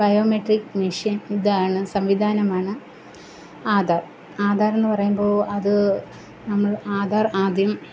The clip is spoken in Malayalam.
ബയോമെട്രിക് മെഷീൻ ഇതാണ് സംവിധാനമാണ് ആധാർ ആധാർ എന്നു പറയുമ്പോൾ അതു നമ്മൾ ആധാർ ആദ്യം